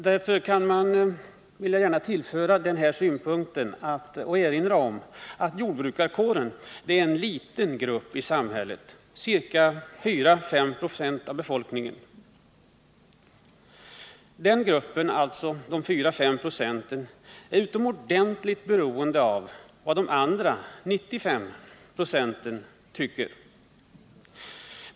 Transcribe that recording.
Därför vill jag gärna erinra om att jordbrukarkåren är en liten grupp i samhället —4—5 96 av befolkningen. Den gruppen — alltså de 4-5 procenten — är utomordentligt beroende av vad de andra 95 procenten tycker.